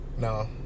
No